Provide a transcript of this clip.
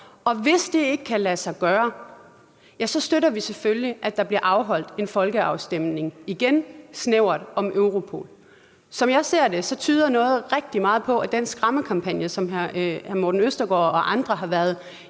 Og hvis det ikke kan lade sig gøre, støtter vi selvfølgelig, at der bliver afholdt en folkeafstemning igen snævert om Europol. Som jeg ser det, tyder noget rigtig meget på, at den skræmmekampagne, som hr. Morten Østergaard og andre har været